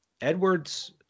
Edwards